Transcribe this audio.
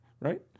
right